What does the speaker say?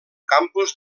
campus